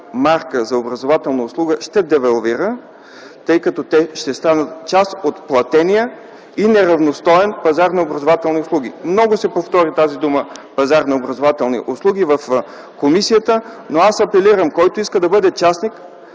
мярка за образователна услуга ще девалвират, тъй като ще станат част от платения и неравностоен пазар на образователни услуги. Много пъти се повтори изразът „пазар на образователни услуги” в комисията. Аз апелирам: който иска да бъде частник,